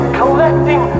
collecting